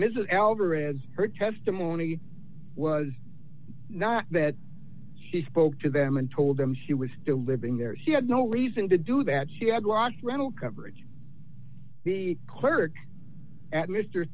ms alvarez her testimony was not that she spoke to them and told them she was still living there she had no reason to do that she had lost rental coverage the clerk at m